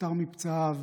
נפטר מפצעיו